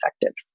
effective